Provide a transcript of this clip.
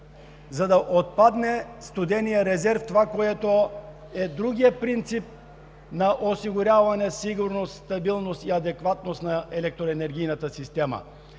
за да отпадне студеният резерв – това, което е другият принцип на осигуряване сигурност, стабилност и адекватност на електроенергийната система.